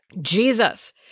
Jesus